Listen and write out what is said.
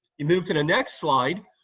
you move to the next slide,